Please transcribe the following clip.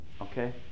Okay